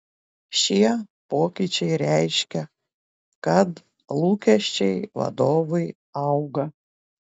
šie pokyčiai reiškia kad lūkesčiai vadovui auga